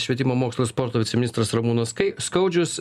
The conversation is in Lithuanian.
švietimo mokslo ir sporto viceministras ramūnas skaudžius